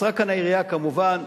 קצרה כאן היריעה, כמובן.